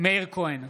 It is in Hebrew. מאיר כהן,